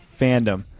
fandom